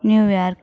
New York